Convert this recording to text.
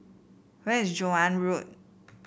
where is Joan Road